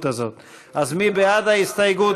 מי בעד ההסתייגות?